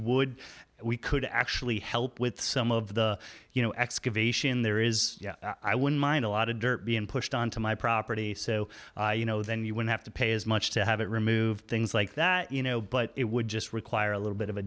would we could actually help with some of the you know excavation there is i wouldn't mind a lot of dirt being pushed on to my property so you know then you would have to pay as much to have it removed things like that you know but it would just require a little bit of a